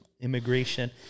immigration